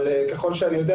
אבל ככל שאני יודע,